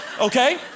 Okay